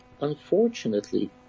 unfortunately